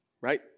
right